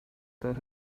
that